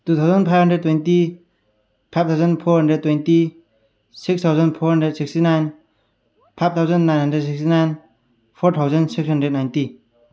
two thousand five hundred twenty five thousand four hundred twenty six thousand four hundred sixty nine five thousand nine hundred sixty nine four thousand six hundred ninety